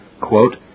Quote